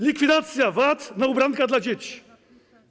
Likwidacja VAT na ubranka dla dzieci.